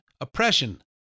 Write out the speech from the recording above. oppression